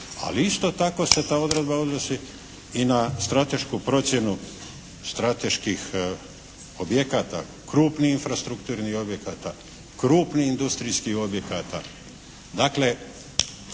ali isto tako se ta odredba odnosi i na stratešku procjenu strateških objekata, krupnih infrastrukturnih objekata, krupnih industrijskih objekata.